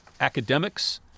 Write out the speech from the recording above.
academics